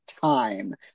time